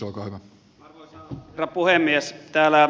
arvoisa herra puhemies